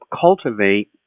cultivate